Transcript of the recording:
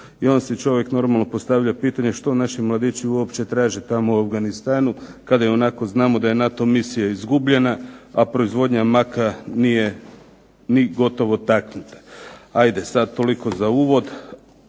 I onda si čovjek normalno postavlja pitanje što naši mladići uopće traže tamo u Afganistanu kada ionako znamo da je NATO misija izgubljena, a proizvodnja maka nije ni gotovo taknuta. Hajde sad toliko za uvod,